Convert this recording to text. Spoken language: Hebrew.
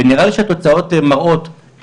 ונראה לי שהתוצאות מראות את זה,